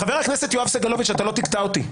חבר הכנסת יואב סגלוביץ', אתה לא תקטע אותי.